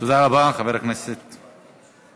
תודה רבה, חבר הכנסת כבל.